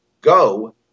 go